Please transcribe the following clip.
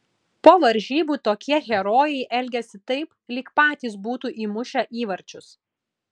po varžybų tokie herojai elgiasi taip lyg patys būtų įmušę įvarčius